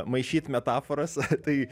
maišyt metaforas tai